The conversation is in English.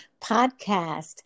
podcast